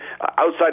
outside